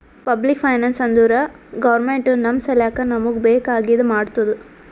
public finance ಅಂದುರ್ government ನಮ್ ಸಲ್ಯಾಕ್ ನಮೂಗ್ ಬೇಕ್ ಆಗಿದ ಮಾಡ್ತುದ್